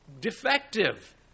defective